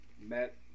met